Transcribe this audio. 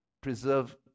preserve